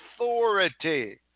authority